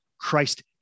Christ